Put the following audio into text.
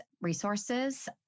resources